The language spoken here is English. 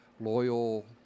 loyal